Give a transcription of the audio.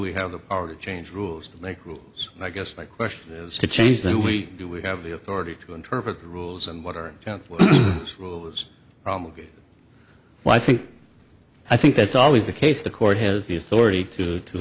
we have the power to change rules to make rules i guess my question is to change that we do we have the authority to interpret rules and what our schools well i think i think that's always the case the court has the authority to